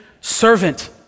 servant